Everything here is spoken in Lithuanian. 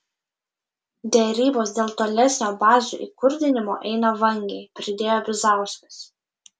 derybos dėl tolesnio bazių įkurdinimo eina vangiai pridėjo bizauskas